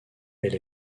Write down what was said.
elle